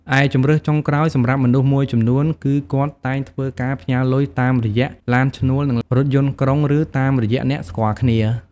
ឯជម្រើសចុងក្រោយ សម្រាប់មនុស្សមួយចំនួនគឺគាត់តែងធ្វើការផ្ញើលុយតាមរយៈឡានឈ្នួលនិងរថយន្តក្រុងឬតាមរយៈអ្នកស្គាល់គ្នា។